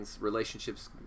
relationships